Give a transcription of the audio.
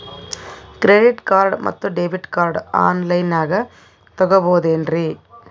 Credit card ಮತ್ತು debit card ಆನ್ ಲೈನಾಗ್ ತಗೋಬಹುದೇನ್ರಿ?